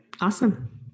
Awesome